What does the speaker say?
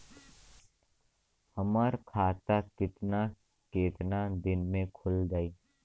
हमर खाता कितना केतना दिन में खुल जाई?